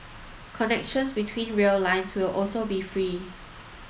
connections between rail lines will also be free